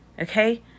okay